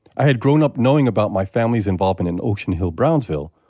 i had grown up knowing about my family's involvement in ocean hill-brownsville,